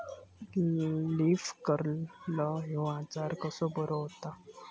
Leaf curl ह्यो आजार कसो बरो व्हता?